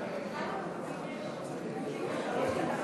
היום